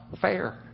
fair